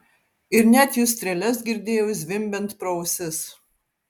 ir net jų strėles girdėjau zvimbiant pro ausis